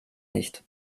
nicht